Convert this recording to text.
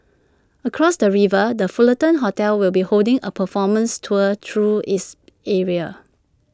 across the river the Fullerton hotel will be holding A performance tour through its area